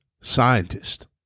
scientist